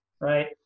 right